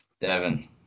Devon